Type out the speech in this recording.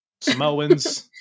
Samoans